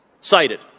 cited